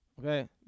Okay